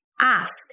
Ask